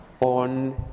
on